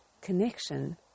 connection